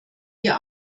wir